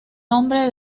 nombre